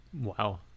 Wow